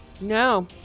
No